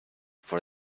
for